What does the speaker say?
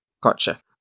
Gotcha